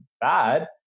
bad